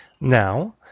Now